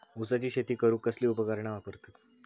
ऊसाची शेती करूक कसली उपकरणा वापरतत?